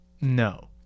no